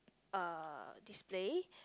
uh display